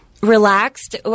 Relaxed